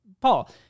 Paul